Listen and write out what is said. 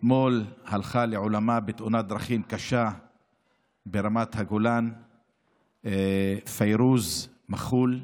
אתמול הלכה לעולמה בתאונת דרכים קשה ברמת הגולן פיירוז מח'ול,